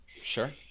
Sure